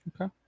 Okay